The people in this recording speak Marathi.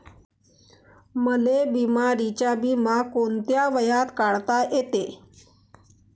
मले बिमारीचा बिमा कोंत्या वयात काढता येते?